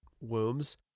wombs